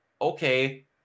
okay